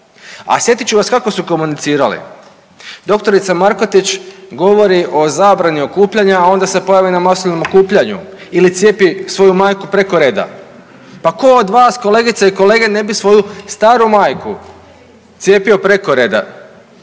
A sjetit ću vas kako su komunicirali, dr. Markotić govori o zabrani okupljanja, a onda se pojavi na masovnom okupljanju ili cijepi svoju majku preko red. Pa ko od vas kolegice i kolege ne bi svoju staru majku cijepio preko reda